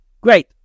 Great